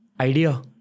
Idea